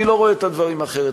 אני לא רואה את הדברים אחרת,